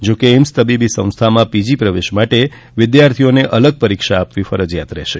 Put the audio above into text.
જો કે એમ્સ તબીબી સંસ્થામાં પી જી પ્રવેશ માટે વિદ્યાર્થીઓને અલગ પરીક્ષા આપવી ફરજીયાત રહેશે